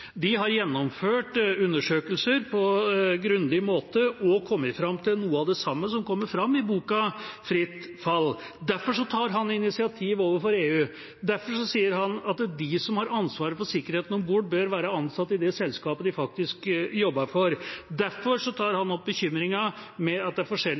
gjennomført undersøkelser på en grundig måte og kommet fram til noe av det samme som det som kommer fram i boka «Fritt fall». Derfor tar han initiativ overfor EU, og derfor sier han at de som har ansvaret for sikkerheten om bord, bør være ansatt i det selskapet de faktisk jobber for. Derfor tar han opp bekymringa for at det er forskjellig